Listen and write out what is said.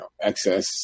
excess